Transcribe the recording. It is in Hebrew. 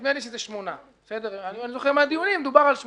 נדמה לי שזה 8. אני זוכר שבדיונים דובר על 8,